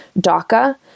DACA